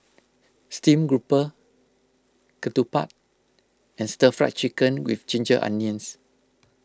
Stream Grouper Ketupat and Stir Fried Chicken with Ginger Onions